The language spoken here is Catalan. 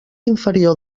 inferior